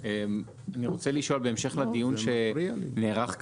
אני רוצה לשאול בהמשך לדיון שנערך כאן,